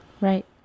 Right